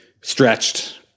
stretched